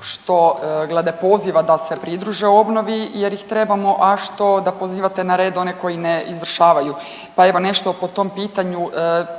što glede poziva da se pridruže obnovi jer ih trebamo, a što da pozivate na red one koji ne izvršavaju.